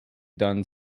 done